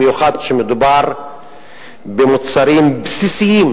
במיוחד כשמדובר במוצרים בסיסיים